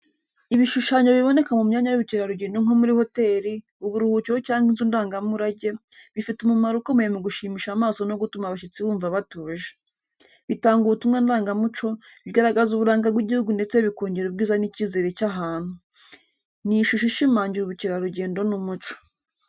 Ibishushanyo biboneka mu myanya y’ubukerarugendo nko muri hoteli, uburuhukiro cyangwa inzu ndangamurage, bifite umumaro ukomeye mu gushimisha amaso no gutuma abashyitsi bumva batuje. Bitanga ubutumwa ndangamuco, bigaragaza uburanga bw’igihugu ndetse bikongera ubwiza n'icyizere cy’ahantu. Ni ishusho ishimangira ubukerarugendo n’umuco.